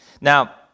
now